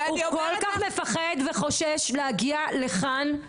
הוא כל כך מפחד וחושש להגיע לכאן.